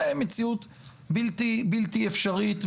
זה מציאות בלתי אפשרית,